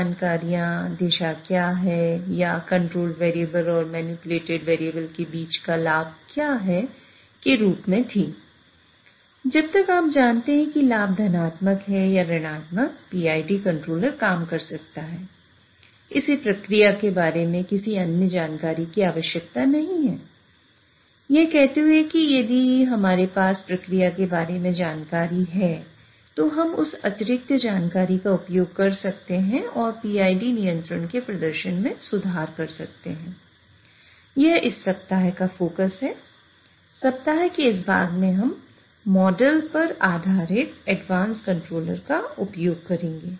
जब तक आप जानते हैं कि लाभ का उपयोग करेंगे